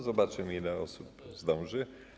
Zobaczymy, ile osób zdąży.